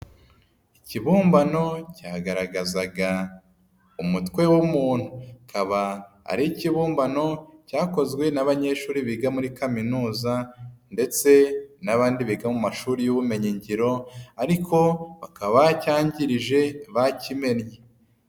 Ikibumbano cyagaragazaga umutwe w'umuntu. Akaba ari ikibumbano cyakozwe n'abanyeshuri biga muri Kaminuza ndetse n'abandi biga mu mashuri y'ubumenyingiro, ariko bakaba bacyangirije bakimennye.